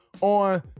on